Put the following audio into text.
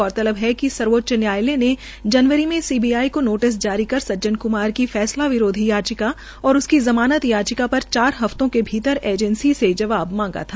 गौरतलब है कि सर्वोचच न्यायालय ने जनवरी मे सीबीआई को नोटिस जारी कर सज्जन क्मार की पै सला विरोधी याचिका और जमानत याचिका पर चार हफ्तों के भीतर एजेंटी का जवाब मांगा था